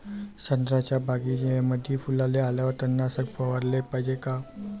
संत्र्याच्या बगीच्यामंदी फुलाले आल्यावर तननाशक फवाराले पायजे का?